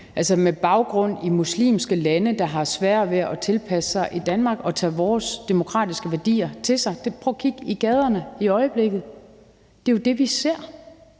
flere med baggrund i muslimske lande, der har sværere ved at tilpasse sig i Danmark og tage vores demokratiske værdier til sig. Prøv at kigge i gaderne i øjeblikket. Det er jo det, vi ser.